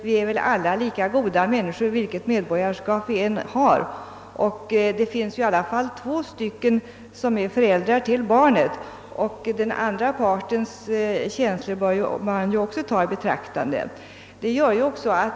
Vi är väl alla lika goda människor vilket medborgarskap vi än har. Det finns väl i alla fall två föräldrar till barnet, och den andra partens känslor bör man också ta i betraktande.